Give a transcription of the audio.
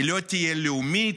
היא לא תהיה לאומית,